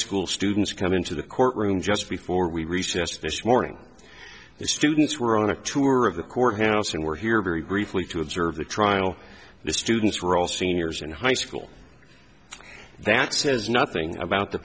school students come into the courtroom just before we recess this morning the students were on a tour of the courthouse and were here very briefly to observe the trial the students were all seniors in high school that says nothing about the